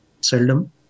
seldom